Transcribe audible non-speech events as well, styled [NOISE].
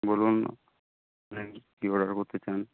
বলুন [UNINTELLIGIBLE] কী অর্ডার করতে চান